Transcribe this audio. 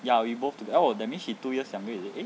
ya we both together oh that means she two years younger is it eh